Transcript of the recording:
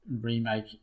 remake